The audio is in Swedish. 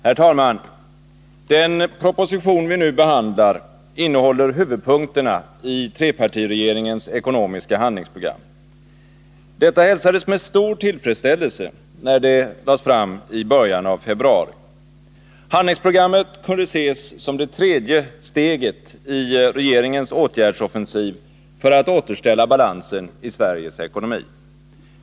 Herr talman! Den proposition vi nu behandlar innehåller huvudpunkterna i trepartiregeringens ekonomiska handlingsprogram. Detta hälsades med stor tillfredsställelse när det lades fram i början av februari. Handlingsprogrammet kunde ses som det tredje steget i regeringens åtgärdsoffensiv för att återställa balansen i Sveriges ekonomi.